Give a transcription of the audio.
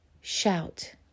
shout